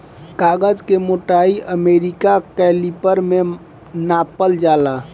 कागज के मोटाई अमेरिका कैलिपर में नापल जाला